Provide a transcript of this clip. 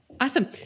Awesome